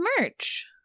merch